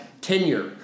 tenure